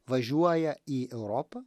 važiuoja į europą